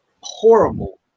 horrible